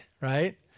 right